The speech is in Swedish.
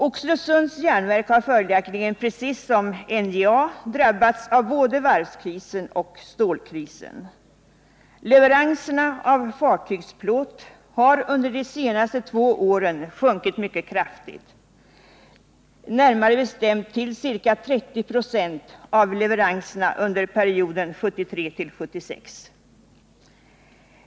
Oxelösunds Järnverk har följaktligen precis som NJA drabbats av både varvskrisen och stålkrisen. Leveranserna av fartygsplåt har under de senaste två åren minskat mycket kraftigt, närmare bestämt till ca 30 96 av leveranserna under perioden 1973-1976.